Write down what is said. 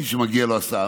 מי שמגיעה לו הסעה,